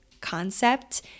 concept